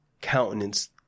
countenance